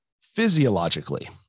physiologically